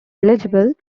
eligible